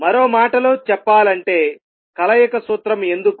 మరో మాటలో చెప్పాలంటే కలయిక సూత్రం ఎందుకు